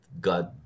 God